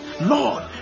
Lord